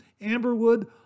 amberwood